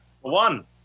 One